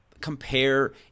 compare